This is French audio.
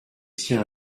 tiens